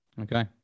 Okay